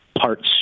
parts